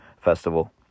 festival